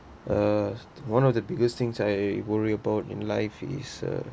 uh one of the biggest thing I worry about in life is a